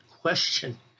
question